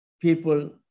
people